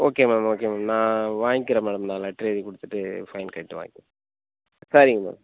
okay madam okay madam நான் வாங்கிக்கிறேன் madam நான் லெட்டரு எழுதி கொடுத்துட்டு ஃபைன் கட்டிவிட்டு வாங்கிக்கிறேன் சரிங்க மேம்